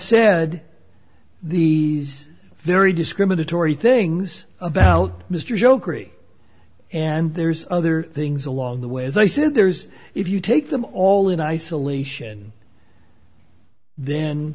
said these very discriminatory things about mr joker and there's other things along the way as i said there's if you take them all in isolation then